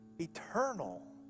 Eternal